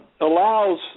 allows